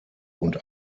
und